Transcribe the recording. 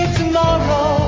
tomorrow